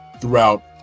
throughout